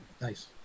Nice